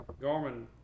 Garmin